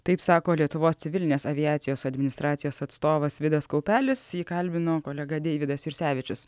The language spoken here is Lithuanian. taip sako lietuvos civilinės aviacijos administracijos atstovas vidas kaupelis jį kalbino kolega deividas jursevičius